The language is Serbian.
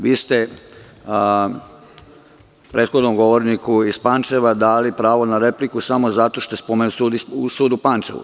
Vi ste prethodnom govorniku iz Pančeva dali pravo na repliku samo zato što je spomenut sud u Pančevu.